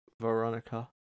Veronica